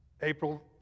April